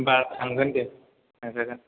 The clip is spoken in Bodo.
होनबा थांगोन दे थांजागोन